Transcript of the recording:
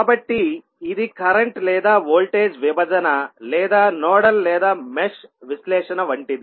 కాబట్టి ఇది కరెంట్ లేదా వోల్టేజ్ విభజన లేదా నోడల్ లేదా మెష్ విశ్లేషణ వంటిది